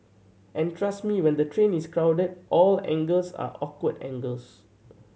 and trust me when the train is crowded all angles are awkward angles